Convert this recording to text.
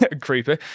Creepy